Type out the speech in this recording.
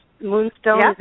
moonstone